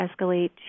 escalate